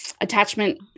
attachment